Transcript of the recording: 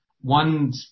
One